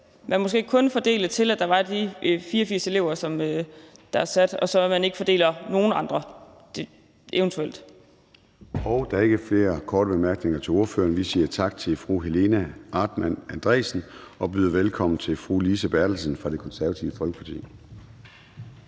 man måske kun fordelte til, at der var de 84 elever, som der er fastsat, og at man så ikke fordeler nogen andre. Kl. 14:12 Formanden (Søren Gade): Der er ikke flere korte bemærkninger til ordføreren, og så siger vi tak til fru Helena Artmann Andresen og byder velkommen til fru Lise Bertelsen fra Det Konservative Folkeparti.